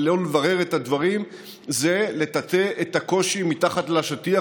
אבל לא לברר את הדברים זה לטאטא את הקושי מתחת לשטיח,